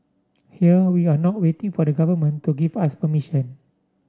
here we are not waiting for the Government to give us permission